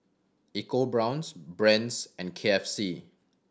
EcoBrown's Brand's and K F C